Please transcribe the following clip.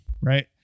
right